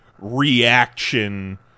reaction